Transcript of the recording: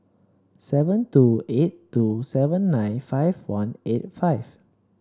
seven two eight two seven nine five one eight five